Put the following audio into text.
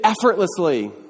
effortlessly